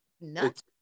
nuts